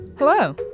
Hello